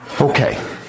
Okay